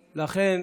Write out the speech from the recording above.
החליטה,